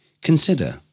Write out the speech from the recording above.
consider